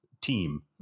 team